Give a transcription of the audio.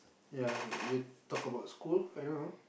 ya you talk about school I don't know